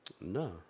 No